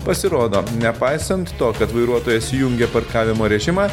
pasirodo nepaisant to kad vairuotojas įjungia parkavimo režimą